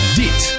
dit